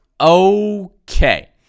Okay